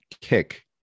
Kick